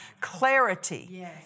clarity